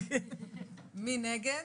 מי נגד?